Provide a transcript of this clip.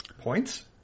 Points